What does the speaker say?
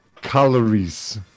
calories